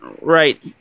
right